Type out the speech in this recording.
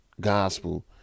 gospel